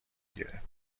گیره